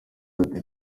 ati